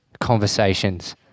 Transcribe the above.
conversations